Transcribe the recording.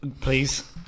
Please